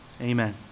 Amen